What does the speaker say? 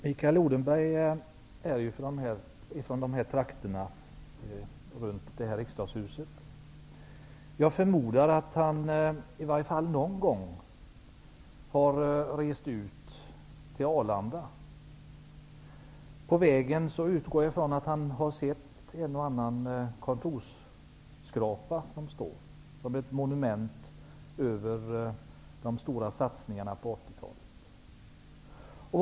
Herr talman! Mikael Odenberg är från trakterna runt Riksdagshuset. Jag förmodar att han i varje fall någon gång har rest ut till Arlanda. Jag utgår från att han på vägen sett en och annan kontorsskrapa som ett monument över de stora satsningarna på 80-talet.